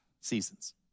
seasons